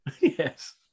Yes